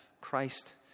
Christ